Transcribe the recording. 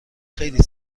خیلی